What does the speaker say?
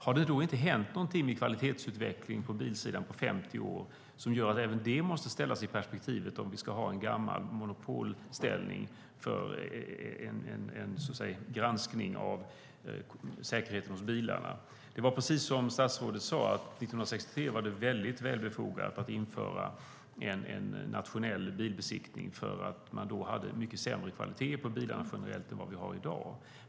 Har det inte hänt någonting med kvalitetsutvecklingen på bilsidan på 50 år som gör att även det måste tas med i perspektivet på om vi ska ha en gammalmodig monopolställning för granskning av säkerheten hos bilarna? Precis som statsrådet sade: 1963 var det väldigt välbefogat att införa en nationell bilbesiktning eftersom bilarna generellt hade mycket sämre kvalitet då än de har i dag.